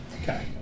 Okay